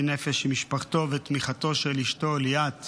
נפש עם משפחתו ובתמיכתם של אשתו ליאת